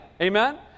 Amen